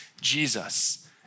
Jesus